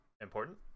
important